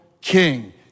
king